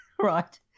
right